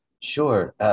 Sure